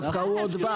דווקא הוא עוד בא.